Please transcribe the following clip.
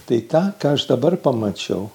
tai tą ką aš dabar pamačiau